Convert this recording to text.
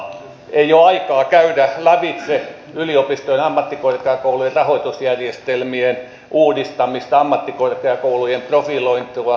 ei ole aikaa käydä lävitse yliopistojen ja ammattikorkeakoulujen rahoitusjärjestelmien uudistamista ammattikorkeakoulujen profilointia peruskoulun tuntijakoa